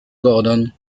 gordon